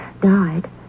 died